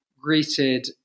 greeted